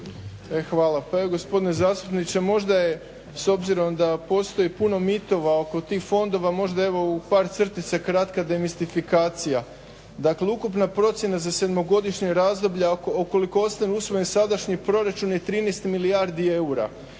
Hvala. Pa evo gospodine zastupniče, možda je, s obzirom da postoji puno mitova oko tih fondova, možda evo u par crtica kratka demistifikacija. Dakle, ukupna procjena za sedmogodišnje razdoblje ukoliko ostane usvojen sadašnji proračun je 13 milijardi eura